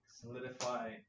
solidify